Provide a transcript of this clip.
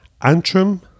antrim